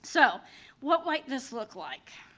so what might this look like?